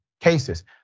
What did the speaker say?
cases